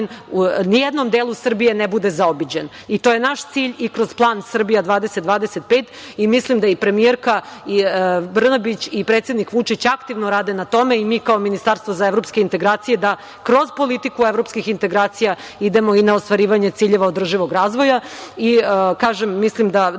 u nijednom delu Srbije ne bude zaobiđen i to je naš cilj i kroz Plan „Srbija 2025“ i mislim da i premijerka Brnabić i predsednik Vučić aktivno rade na tome i mi kao Ministarstvo za evropske integracije da kroz politiku evropskih integracija idemo i na ostvarivanje ciljeva održivog razvoja i mislim da